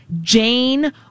jane